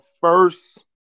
first